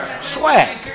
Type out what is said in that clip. swag